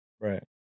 Right